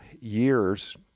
years